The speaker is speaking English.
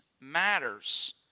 matters